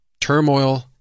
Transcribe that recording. turmoil